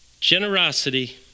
Generosity